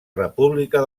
república